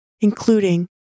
including